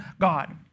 God